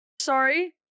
Sorry